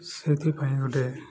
ସେଥିପାଇଁ ଗୋଟେ